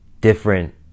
different